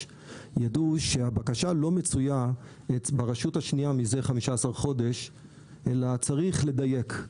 יידעו שהבקשה לא מצויה ברשות השנייה מזה 15 חודשים אלא צריך לדייק.